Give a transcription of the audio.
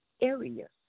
areas